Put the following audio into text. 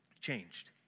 changed